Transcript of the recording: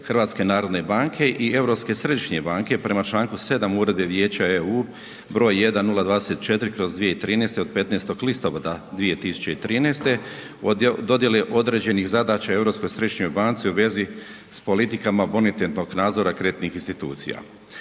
bliske suradnje HNB-a i Europske središnje banke prema Članku 7. Uredbe Vijeća EU broj 1024/2013 od 15. listopada 2013. o dodjeli određenih zadaća Europskoj središnjoj banci u vezi s politikama bonitetnog nadzora kreditnih institucija.